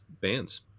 bands